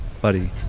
Buddy